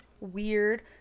weird